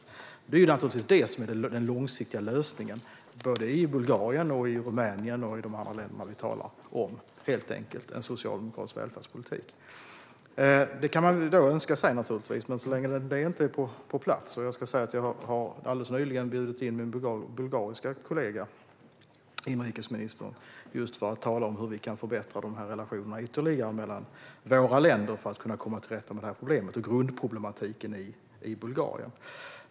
En socialdemokratisk välfärdspolitik är helt enkelt den långsiktiga lösningen både i Bulgarien och i Rumänien och andra länder vi talar om, och det kan man naturligtvis önska sig. Jag har alldeles nyligen bjudit in min bulgariska kollega, inrikesministern, just för att tala om hur vi ytterligare kan förbättra relationerna mellan våra länder för att komma till rätta med det här problemet och grundproblematiken i Bulgarien.